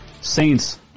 Saints